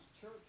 church